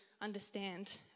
understand